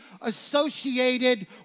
associated